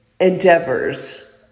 endeavors